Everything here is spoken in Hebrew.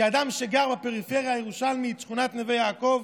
כאדם שגר בפריפריה הירושלמית, שכונת נווה יעקב,